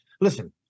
Listen